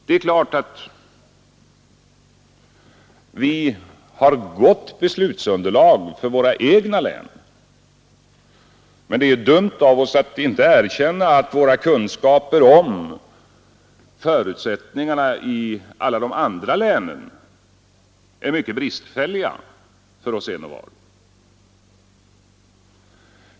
Det är klart att vi har gott beslutsunderlag för våra respektive egna län, men det är dumt av oss att inte erkänna att våra kunskaper om förutsättningarna i alla andra län är mycket bristfälliga för var och en av oss.